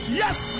yes